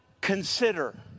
consider